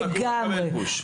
רק הוא מקבל פוש.